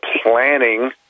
planning